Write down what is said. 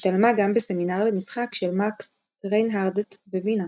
השתלמה גם בסמינר למשחק של מקס ריינהרדט בווינה.